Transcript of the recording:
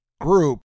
group